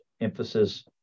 emphasis